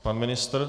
Pan ministr?